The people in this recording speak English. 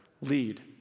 lead